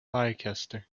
leicester